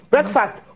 Breakfast